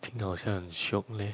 听 liao 好像很 shiok leh